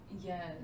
yes